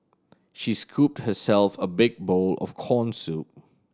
she scooped herself a big bowl of corn soup